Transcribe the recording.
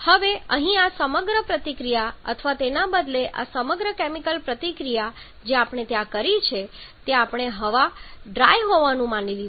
હવે અહીં આ સમગ્ર પ્રતિક્રિયા અથવા તેના બદલે આ સમગ્ર કેમિકલ પ્રતિક્રિયા જે આપણે ત્યાં કરી છે તે આપણે હવા ડ્રાય હોવાનું માની લીધું છે